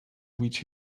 which